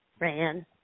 ran